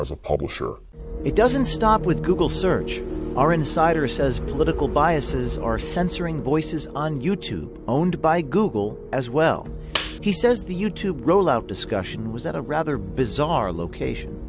is a publisher it doesn't stop with google search our insiders as political biases are censoring voices on you tube owned by google as well he says the youtube rollout discussion was at a rather bizarre location